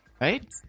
Right